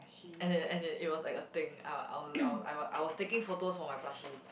and it and it it was like a thing uh I wa~ I wa~ I was taking photo for my plushies